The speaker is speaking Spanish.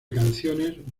canciones